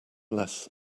less